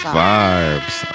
vibes